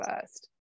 first